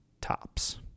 tops